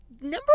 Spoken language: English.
Number